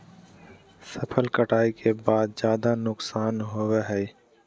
फसल कटाई के बाद ज्यादा नुकसान होबो हइ